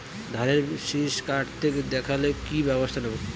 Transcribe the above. ধানের শিষ কাটতে দেখালে কি ব্যবস্থা নেব?